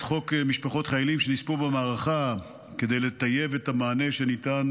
חוק חיילים שנספו במערכה כדי לטייב את המענה שניתן